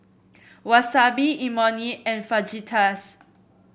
Wasabi Imoni and Fajitas